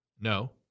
No